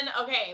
okay